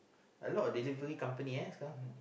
a lot of delivery company eh sekarang